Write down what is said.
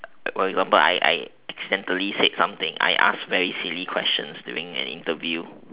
for example I I accidentally said something I ask very silly questions during an interview